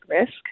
risk